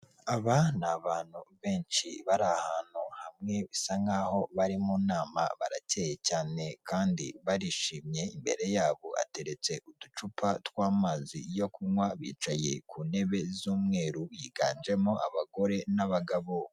Aba ni abantu benshi bari ahantu hamwe bisa nk'aho bari mu nama barakeye cyane kandi barishimye, imbere yabo hateretse uducupa tw'amazi yo kunywa, bicaye ku ntebe z'umweru yiganjemo abagore n'abagabo.